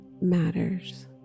matters